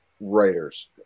writers